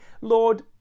Lord